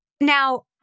now